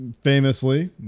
famously